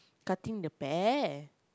cutting the pear